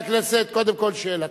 חבר הכנסת, קודם כול שאלתך.